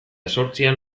zortzian